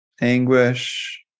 anguish